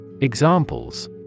Examples